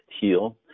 heal